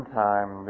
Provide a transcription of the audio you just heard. time